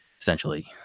essentially